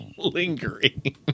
Lingering